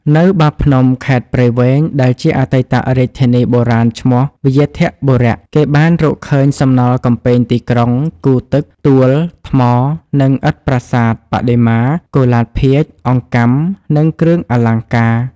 នៅបាភ្នំ ខេត្តព្រៃវែង ដែលជាអតីតរាជធានីបុរាណឈ្មោះ វ្យាធបុរៈ គេបានរកឃើញសំណល់កំពែងទីក្រុង គូទឹក ទួល ថ្មនិងឥដ្ឋប្រាសាទ បដិមា កុលាលភាជន៍ អង្កាំ និងគ្រឿងអលង្ការ។